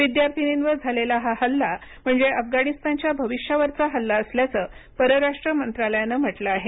विद्यार्थिनींवर झालेला हा हल्ला म्हणजे अफगाणिस्तानच्या भविष्यावरचा हल्ला असल्याचं परराष्ट्र मंत्रालयानं म्हटलं आहे